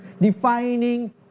Defining